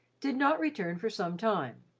did not return for some time.